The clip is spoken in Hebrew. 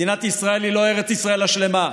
מדינת ישראל היא לא ארץ ישראל השלמה.